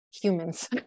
humans